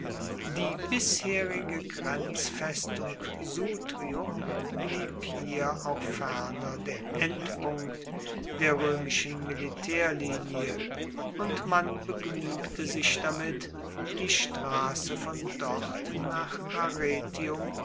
die bisherige grenzfestung sutrium blieb hier auch ferner der endpunkt der roemischen militaerlinie und man begnuegte sich damit die strasse von dort nach arretium